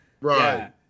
Right